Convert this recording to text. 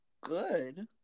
good